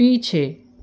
पीछे